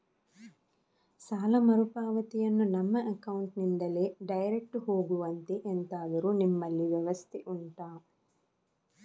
ಸಾಲ ಮರುಪಾವತಿಯನ್ನು ನಮ್ಮ ಅಕೌಂಟ್ ನಿಂದಲೇ ಡೈರೆಕ್ಟ್ ಹೋಗುವಂತೆ ಎಂತಾದರು ನಿಮ್ಮಲ್ಲಿ ವ್ಯವಸ್ಥೆ ಉಂಟಾ